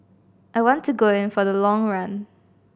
I want to go in for the long run